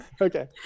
Okay